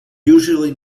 usually